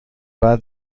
بعد